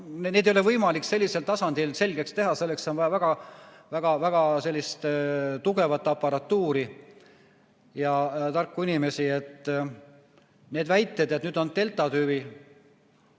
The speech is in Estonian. neid ei ole võimalik sellisel tasandil selgeks teha, selleks on vaja väga-väga tugevat aparatuuri ja tarku inimesi. Need väited, et nüüd on deltatüvi